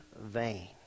vain